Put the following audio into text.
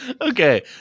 Okay